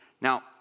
Now